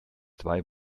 zwei